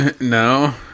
no